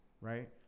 right